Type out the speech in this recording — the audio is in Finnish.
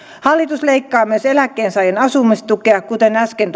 hallitus leikkaa myös eläkkeensaajien asumistukea kuten äsken